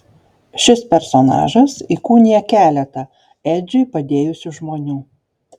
šis personažas įkūnija keletą edžiui padėjusių žmonių